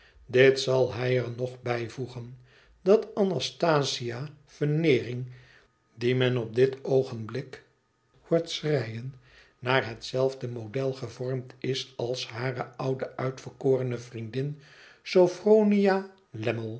dit zal hij er nog bijvoegen dat anastasia veneering die men op dit oogenblik hoort schreien naar hetzelfde model gevormd is als hare oude uitverkorene vriendin sophronia lammie